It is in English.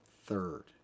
third